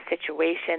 situation